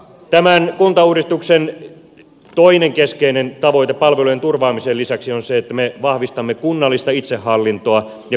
tämän kuntauudistuksen toinen keskeinen tavoite palvelujen turvaamisen lisäksi on se että me vahvistamme kunnallista itsehallintoa ja kunnallisdemokratiaa